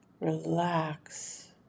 relax